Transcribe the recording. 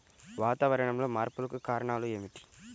వాతావరణంలో మార్పులకు కారణాలు ఏమిటి?